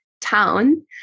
town